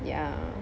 ya